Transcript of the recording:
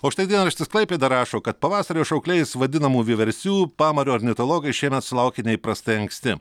o štai dienraštis klaipėda rašo kad pavasario šaukliais vadinamų vieversių pamario ornitologai šiemet sulaukė neįprastai anksti